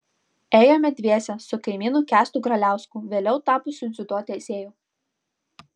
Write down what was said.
ėjome dviese su kaimynu kęstu graliausku vėliau tapusiu dziudo teisėju